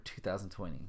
2020